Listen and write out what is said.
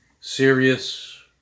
serious